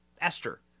Esther